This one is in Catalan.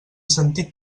sentit